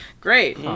great